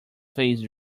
phase